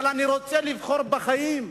אבל אני רוצה לבחור בחיים,